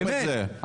באמת.